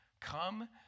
come